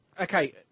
Okay